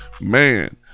man